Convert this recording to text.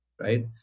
right